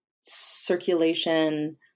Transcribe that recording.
circulation